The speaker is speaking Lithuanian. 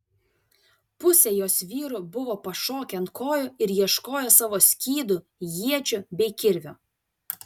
pusė jos vyrų buvo pašokę ant kojų ir ieškojo savo skydų iečių bei kirvių